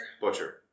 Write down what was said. Butcher